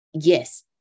yes